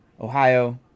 Ohio